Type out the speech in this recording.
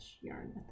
yarn